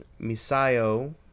misayo